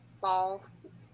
false